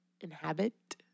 inhabit